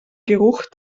geruch